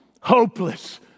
hopeless